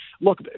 look